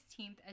16th